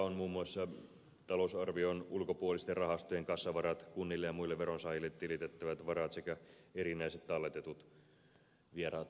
on muun muassa talousarvion ulkopuolisten rahastojen kassavarat kunnille ja muille veronsaajille tilitettävät varat sekä erinäiset talletetut vieraat varat